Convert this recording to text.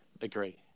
Agree